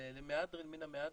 למהדרין מן המהדרין,